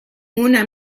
una